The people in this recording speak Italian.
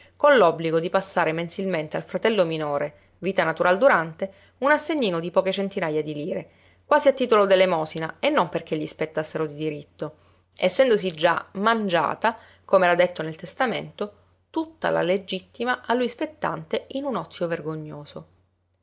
con l'obbligo di passare mensilmente al fratello minore vita natural durante un assegnino di poche centinaja di lire quasi a titolo d'elemosina e non perché gli spettassero di diritto essendosi già mangiata com'era detto nel testamento tutta la legittima a lui spettante in un ozio vergognoso